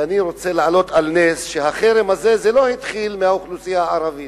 ואני רוצה להעלות על נס שהחרם הזה לא התחיל מהאוכלוסייה הערבית.